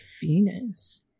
Venus